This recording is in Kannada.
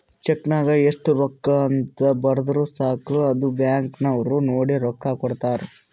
ಚೆಕ್ ನಾಗ್ ಎಸ್ಟ್ ರೊಕ್ಕಾ ಅಂತ್ ಬರ್ದುರ್ ಸಾಕ ಅದು ಬ್ಯಾಂಕ್ ನವ್ರು ನೋಡಿ ರೊಕ್ಕಾ ಕೊಡ್ತಾರ್